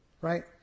Right